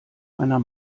einer